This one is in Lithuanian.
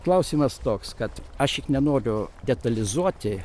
klausimas toks kad aš nenoriu detalizuoti